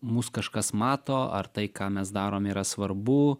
mus kažkas mato ar tai ką mes darom yra svarbu